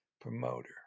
promoter